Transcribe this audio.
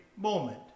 moment